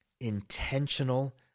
intentional